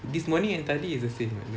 this morning and tadi is the [what] not meh